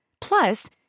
Plus